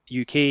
uk